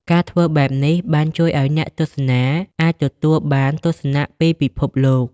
ការធ្វើបែបនេះបានជួយឱ្យអ្នកទស្សនាអាចទទួលបានទស្សនៈពីពិភពលោក។